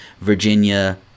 Virginia